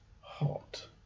hot